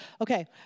Okay